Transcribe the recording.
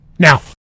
now